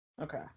Okay